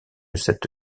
cette